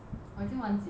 我已经忘记了